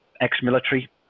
ex-military